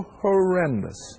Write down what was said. horrendous